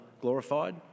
glorified